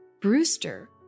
Brewster